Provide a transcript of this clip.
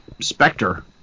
specter